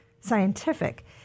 scientific